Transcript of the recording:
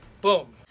boom